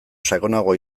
sakonagoa